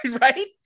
Right